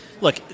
look